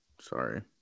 Sorry